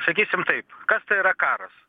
sakysim taip kas tai yra karas